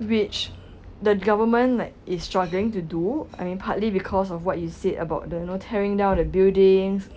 which the government is struggling to do I'm partly because of what you said about the you know tearing down the buildings